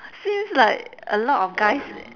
seems like a lot of guys